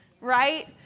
right